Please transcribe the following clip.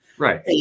Right